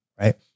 right